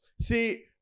See